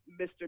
Mr